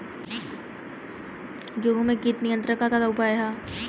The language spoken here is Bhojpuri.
गेहूँ में कीट नियंत्रण क का का उपाय ह?